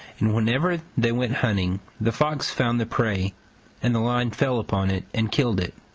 and whenever they went hunting the fox found the prey and the lion fell upon it and killed it,